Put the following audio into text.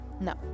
No